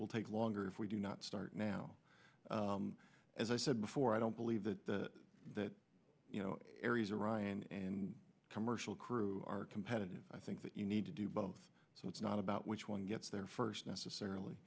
will take longer if we do not start now as i said before i don't believe that that you know aries or i and commercial crew are competitive i think that you need to do both so it's not about which one gets there first necessarily